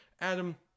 Adam